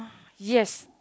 yes